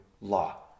law